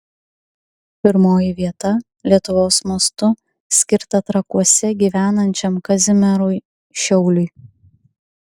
pirmoji vieta lietuvos mastu skirta trakuose gyvenančiam kazimierui šiauliui